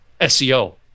SEO